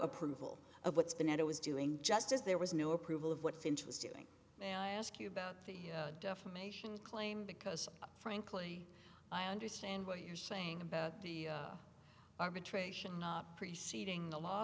approval of what's been at it was doing just as there was no approval of what finch was doing and i ask you about the defamation claim because frankly i understand what you're saying about the arbitration preceding the law